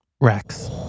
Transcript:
rex